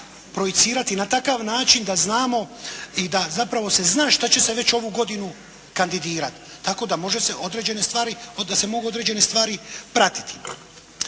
projicirati na takav način da znamo i da zapravo se zna šta će se već ovu godinu kandidirati tako da se mogu određene stvari pratiti.